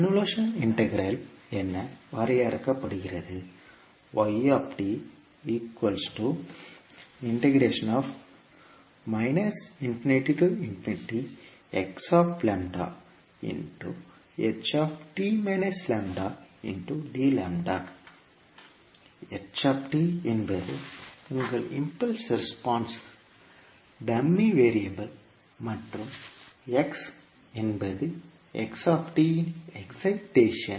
convolution integral என வரையறுக்கப்படுகிறது h என்பது உங்கள் இம்பல்ஸ் ரெஸ்பான்ஸ் டம்மி வேறியபிள் மற்றும் x என்பது xt இன் எக்ஸைடேஷன்